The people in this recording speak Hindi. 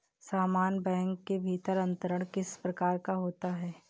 समान बैंक के भीतर अंतरण किस प्रकार का होता है?